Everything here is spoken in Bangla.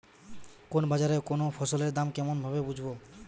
কোন বাজারে কোন ফসলের দাম কেমন কি ভাবে বুঝব?